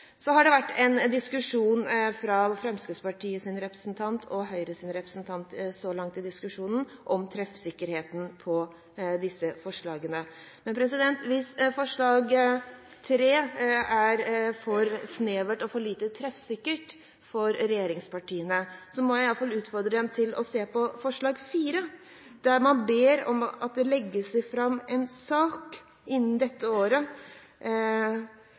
Så langt i debatten har Fremskrittspartiets og Høyres representanter stilt spørsmålstegn ved treffsikkerheten til disse forslagene. Hvis forslag nr. 3 er for snevert og for lite treffsikkert for regjeringspartiene, må jeg utfordre dem til å se på forslag nr. 4, der man ber om at det legges fram en sak innen dette året